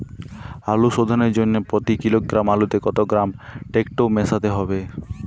আলু শোধনের জন্য প্রতি কিলোগ্রাম আলুতে কত গ্রাম টেকটো মেশাতে হবে?